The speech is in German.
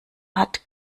hat